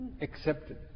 Accepted